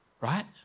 right